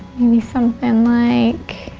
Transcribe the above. maybe something like,